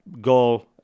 goal